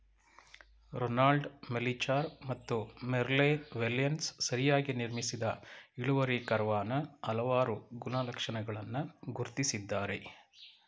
Ronald Melichar ಮತ್ತು Merle Welshans ಸರಿಯಾಗಿ ನಿರ್ಮಿಸಿದ ಇಳುವರಿ ಕರ್ವಾನ ಹಲವಾರು ಗುಣಲಕ್ಷಣಗಳನ್ನ ಗುರ್ತಿಸಿದ್ದಾರೆ